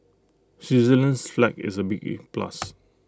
Switzerland's flag is A big plus